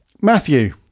matthew